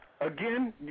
Again